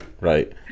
right